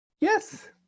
Yes